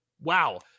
wow